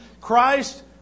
Christ